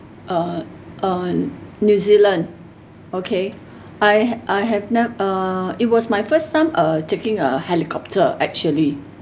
uh on new zealand okay I I have ne~ uh it was my first time uh taking a helicopter actually